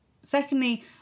Secondly